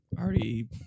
already